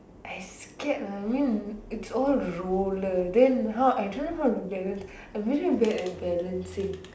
I scared lah I mean it's all roller then how I don't know how to balance I'm really bad at balancing